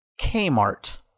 Kmart